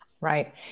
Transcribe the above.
Right